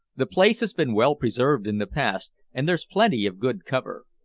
the place has been well preserved in the past, and there's plenty of good cover.